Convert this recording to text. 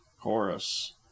chorus